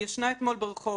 היא ישנה אתמול ברחוב.